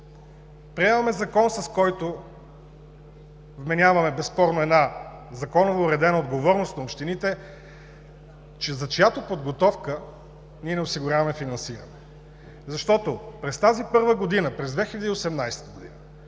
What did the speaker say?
приемаме закон, с който вменяваме безспорно една законово уредена отговорност на общините, че зад чиято подготовка ние не осигуряваме финансиране. Защото през тази първа година – през 2018 г.,